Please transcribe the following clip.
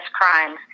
crimes